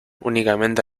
únicamente